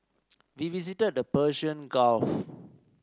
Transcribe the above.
we visited the Persian Gulf